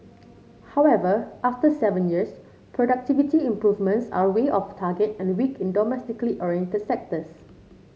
however after seven years productivity improvements are way off target and weak in domestically oriented sectors